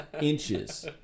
inches